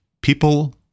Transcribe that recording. People